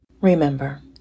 Remember